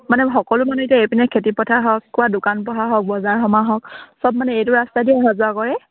মানে সকলো মানে এতিয়া এইপিনে খেতিপথাৰ হওক কোৱা দোকান পোহৰ হওক বজাৰ সমাৰ হওক চব মানে এইটো ৰাস্তা দিয়ে অহা যোৱা কৰে